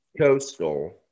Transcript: coastal